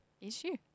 issue